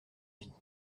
avis